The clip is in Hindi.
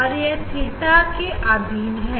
और यह theta के अधीन है